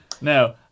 Now